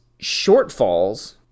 shortfalls